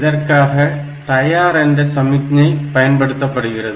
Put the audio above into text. இதற்காக தயார் என்ற சமிக்ஞை பயன்படுத்தப்படுகிறது